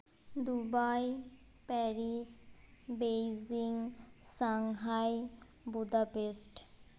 Dubai Paris Beijing Shanghai Budapest